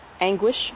anguish